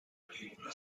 película